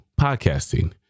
podcasting